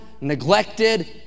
neglected